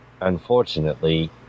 unfortunately